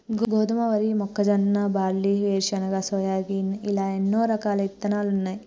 గోధుమ, వరి, మొక్కజొన్న, బార్లీ, వేరుశనగ, సోయాగిన్ ఇలా ఎన్నో రకాలు ఇత్తనాలున్నాయి